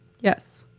Yes